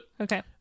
Okay